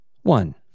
one